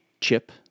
Chip